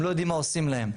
הם לא יודעים מה עושים להם.